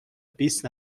بیست